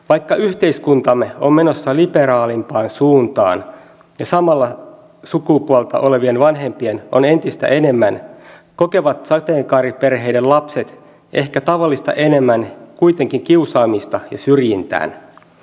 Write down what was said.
vaikka yhteiskuntamme on menossa liberaalimpaan suuntaan ja samaa sukupuolta olevia vanhempia on entistä enemmän kokevat sateenkaariperheiden lapset ehkä tavallista enemmän kuitenkin kiusaamista ja syrjintää